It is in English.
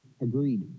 Agreed